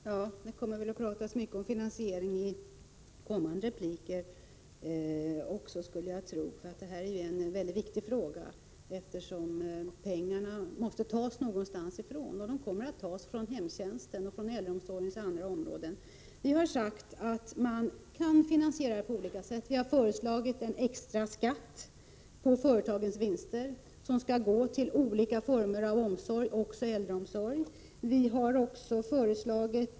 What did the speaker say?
Herr talman! Det kommer förmodligen att talas mycket om finansiering i kommande anföranden, eftersom detta är en mycket viktig fråga — pengarna måste tas någonstans ifrån. De kommer att tas från hemtjänsten och andra omsorgsområden inom äldreomsorgen. Vi har sagt att finansieringen kan ske på olika sätt. Vi har föreslagit en extra skatt på företagens vinster, vilken skulle gå till olika former av omsorg, även äldreomsorg.